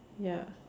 ya